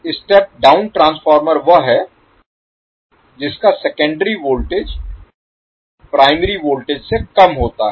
step down transformer वह है जिसका सेकेंडरी वोल्टेज प्राइमरी वोल्टेज से कम होता है